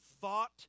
thought